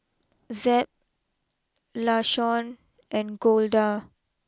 Zeb Lashawn and Golda